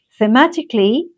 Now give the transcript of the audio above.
thematically